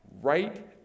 right